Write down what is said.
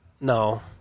No